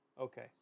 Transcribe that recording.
Okay